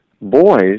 boys